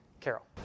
Carol